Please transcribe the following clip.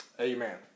amen